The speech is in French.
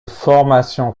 formation